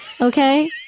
Okay